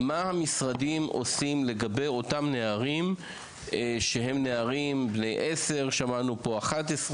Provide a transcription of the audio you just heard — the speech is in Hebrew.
מה המשרדים עושים לגבי אותם נערים בני 10 ו-11